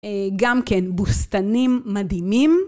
גם כן, בוסטנים מדהימים.